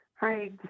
Hi